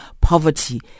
poverty